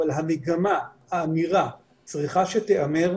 אבל המגמה, האמירה צריכה שתיאמר: